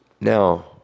Now